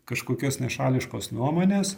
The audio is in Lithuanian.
kažkokios nešališkos nuomonės